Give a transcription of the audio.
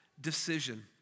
decision